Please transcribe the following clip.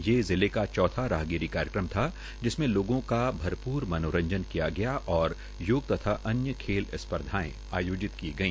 ये जिले का चौथा राहगिरी कार्यक्रम था जिसमे लोगों का भरपूर मनोरंजन किया गया व योग तथा अन्य खेल स्वर्धाएं भी आयोजित कीी गई